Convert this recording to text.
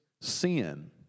sin